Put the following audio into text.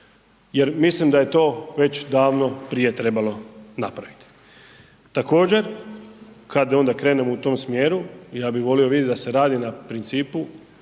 jer mislim da je to već davno prije trebalo napraviti. Također, kad onda krenemo u tom smjeru, ja bi volio vidjet da se radi na principu